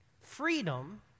Freedom